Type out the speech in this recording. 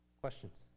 Questions